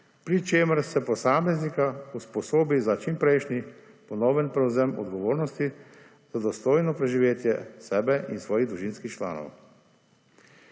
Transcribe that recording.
pri čemer se posameznika usposobi za čimprejšnji ponoven prevzem odgovornosti za dostojno preživetje sebe in svojih družinskih članov.